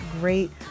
great